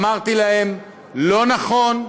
אמרתי להם: לא נכון.